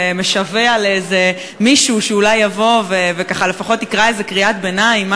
ומשווע לאיזה מישהו שאולי יבוא ולפחות יקרא איזה קריאת ביניים,